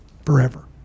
forever